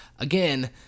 Again